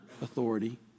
authority